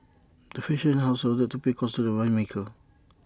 the fashion house was ordered to pay costs to the winemaker